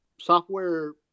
software